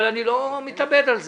אבל אני לא מתאבד על זה.